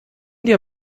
dir